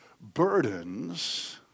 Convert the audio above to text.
Burdens